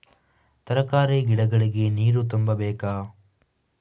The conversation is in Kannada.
ತರಕಾರಿ ಗಿಡಗಳಿಗೆ ನೀರು ತುಂಬಬೇಕಾ?